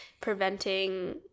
preventing